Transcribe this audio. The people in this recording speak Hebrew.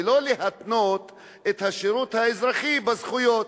ולא להתנות את השירות האזרחי בזכויות.